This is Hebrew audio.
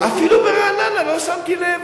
אפילו ברעננה, לא שמתי לב.